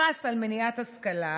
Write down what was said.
פרס על מניעת השכלה,